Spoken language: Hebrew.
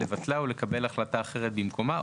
לבטלה או לקבל החלטה אחרת במקומה,